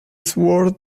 sword